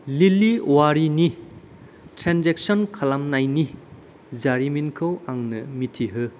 लिलि अवारिनि ट्रेन्जेकसन खालामनायनि जारिमिनखौ आंनो मिथिहो